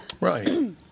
Right